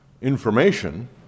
information